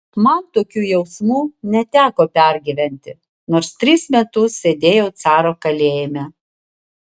man tokių jausmų neteko pergyventi nors tris metus sėdėjau caro kalėjime